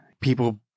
people